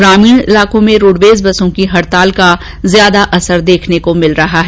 ग्रामीण इलाकों में रोडवेज बसों की हडताल का ज्यादा असर देखने को मिल रहा है